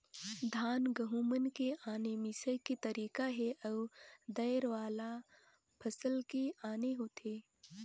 धान, गहूँ मन के आने मिंसई के तरीका हे अउ दायर वाला फसल के आने होथे